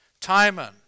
Timon